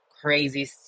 crazy